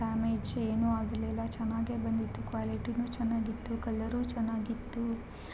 damage ಏನೂ ಆಗಿರಲಿಲ್ಲ ಚೆನ್ನಾಗೇ ಬಂದಿತ್ತು ಕ್ವಾಲಿಟಿ ಚೆನ್ನಾಗಿತ್ತು ಕಲರೂ ಚೆನ್ನಾಗಿತ್ತು